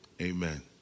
Amen